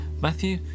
Matthew